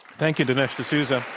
thank you, dinesh d'souza.